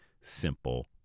simple